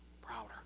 prouder